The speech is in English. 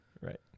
right